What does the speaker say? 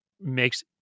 makes